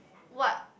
what